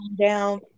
down